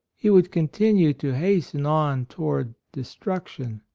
he would continue to hasten on toward destruction.